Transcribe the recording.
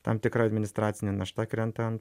tam tikra administracinė našta krenta an